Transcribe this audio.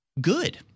good